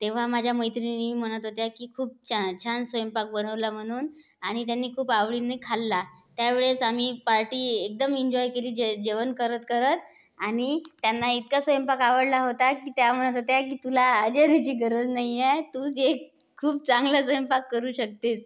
तेव्हा माझ्या मैत्रिणी म्हणत होत्या की खूप छान छान स्वयंपाक बनवला म्हणून आणि त्यांनी खूप आवडीने खाल्ला त्या वेळेस आम्ही पार्टी एकदम इंजॉय केली जे जेवण करत करत आणि त्यांना इतका स्वयंपाक आवडला होता की त्या म्हणत होत्या की तुला आचाऱ्याची गरज नाही आहे तूच एक खूप चांगला स्वयंपाक करू शकतेस